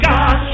God